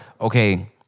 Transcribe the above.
okay